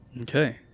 Okay